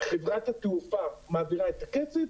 חברת התעופה ומעבירה את הכסף,